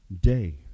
day